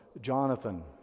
Jonathan